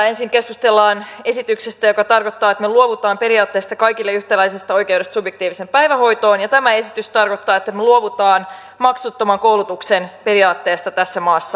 ensin keskustellaan esityksestä joka tarkoittaa että me luovumme periaatteesta kaikille yhtäläisestä oikeudesta subjektiiviseen päivähoitoon ja tämä esitys tarkoittaa että me luovumme maksuttoman koulutuksen periaatteesta tässä maassa